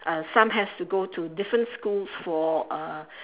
uh some has to go to different schools for uh